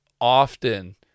often